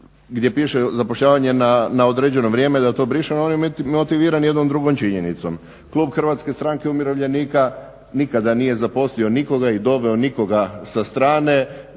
gdje piše zapošljavanje na određeno vrijeme da to brišemo, on je motiviran jednom drugom činjenicom. Klub HSU-a nikada nije zaposlio nikoga i doveo nikoga sa strane